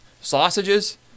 Sausages